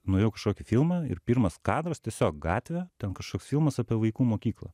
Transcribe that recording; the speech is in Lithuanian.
nuėjau į kažkokį filmą ir pirmas kadras tiesiog gatvė ten kažkoks filmas apie vaikų mokyklą